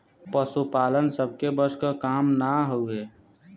पसुपालन सबके बस क काम ना हउवे